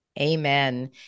Amen